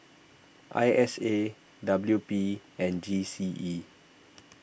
I S A W P and G C E